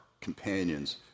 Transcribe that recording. companions